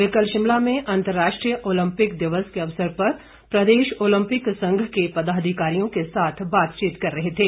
वे कल शिमला में अंतरराष्ट्रीय ओलम्पिक दिवस के अवसर पर प्रदेश ओलम्पिक संघ के पदाधिकारियों के साथ बातचीत कर रहे थे